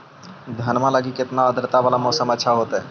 धनमा लगी केतना आद्रता वाला मौसम अच्छा होतई?